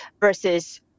versus